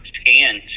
scan